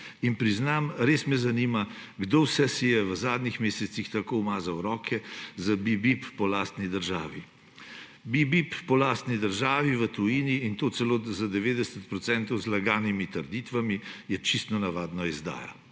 priznam, res me zanima, kdo vse si je v zadnjih mesecih tako umazal roke z pip-pip po lastni državi. Pip-pip po lastni državi v tujini, in to celo z 90 % zlaganimi trditvami, je čisto navadna izdaja,